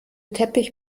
teppich